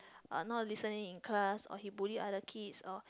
uh not listening in class or he bully others kids or